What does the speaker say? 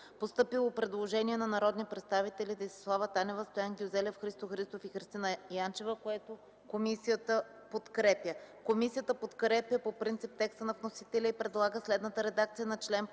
Постъпило е предложение на народните представители Десислава Танева, Стоян Гюзелев, Христо Христов и Христина Янчева, което комисията подкрепя. Комисията подкрепя по принцип текста на вносителя и предлага следната редакция на чл.